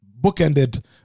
bookended